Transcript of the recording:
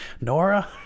Nora